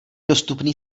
dostupný